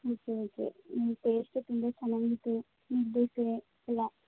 ಹ್ಞೂ ಸರಿ ಸರಿ ಹ್ಞೂ ಟೇಸ್ಟು ತುಂಬ ಚೆನ್ನಾಗಿತ್ತು ದೋಸೆ ಎಲ್ಲ